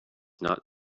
not